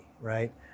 right